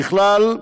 ככלל,